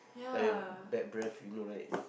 like bad breathe you know right